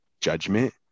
judgment